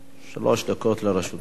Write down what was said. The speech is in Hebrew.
אדוני, שלוש דקות לרשותך.